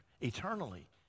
eternally